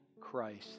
Christ